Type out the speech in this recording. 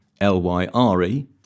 L-Y-R-E